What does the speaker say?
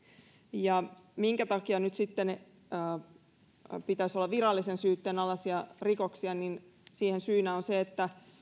ja minkä takia nyt sitten näiden pitäisi olla virallisen syytteen alaisia rikoksia siihen syynä on se että